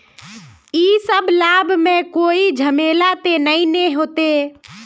इ सब लाभ में कोई झमेला ते नय ने होते?